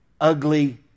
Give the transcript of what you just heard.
ugly